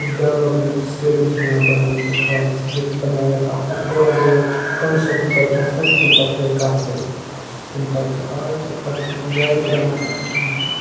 یُس development stadium چھِنہٕ یِوان بَناونہٕ کینٛہہ خاص ییٚتہِ بَنایَکھ اَکھ پٮ۪ٹھ تھوڑا بہت کَنسٹرٛکشَن کٔرٕکھ تَتھ پٮ۪ٹھ تَمہِ پَتہٕ کھیٚیَکھ کَتھٕے تَمہِ پَتہٕ تہِ تاے تہٕ پَتہٕ چھِ تِم جایہِ تہِ بَنان